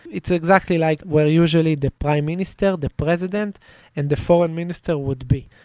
it's exactly like where usually the prime minister, the president and the foreign minister would be.